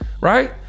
right